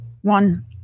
One